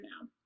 now